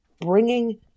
bringing